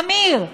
אמיר,